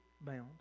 bound